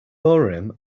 urim